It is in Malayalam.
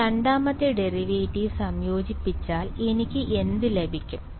ഞാൻ രണ്ടാമത്തെ ഡെറിവേറ്റീവ് സംയോജിപ്പിച്ചാൽ എനിക്ക് എന്ത് ലഭിക്കും